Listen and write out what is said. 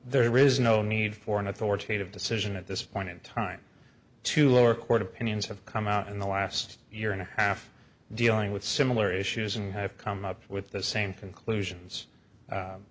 there is no need for an authoritative decision at this point in time to lower court opinions have come out in the last year and a half dealing with similar issues and have come up with the same conclusions